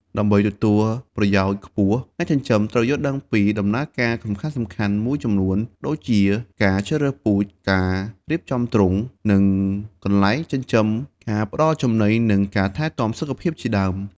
ដើម្បីទទួលប្រយោជន៍ខ្ពស់ អ្នកចិញ្ចឹមត្រូវយល់ដឹងពីដំណើរការសំខាន់ៗមួយចំនួនដូចជា ការជ្រើសរើសពូជ ការរៀបចំទ្រុង និងកន្លែងចិញ្ចឹម ការផ្តល់ចំណី និងការថែទាំសុខភាពជាដើម។